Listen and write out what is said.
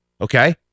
okay